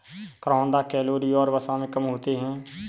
करौंदा कैलोरी और वसा में कम होते हैं